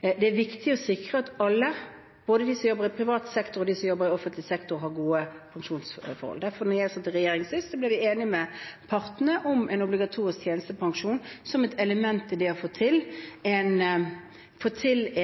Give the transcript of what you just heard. Det er viktig å sikre at alle – både de som jobber i privat sektor, og de som jobber i offentlig sektor – har gode pensjonsforhold. Da jeg satt i regjering sist, ble vi derfor enig med partene om en obligatorisk tjenestepensjon som et element i det å få til